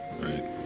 right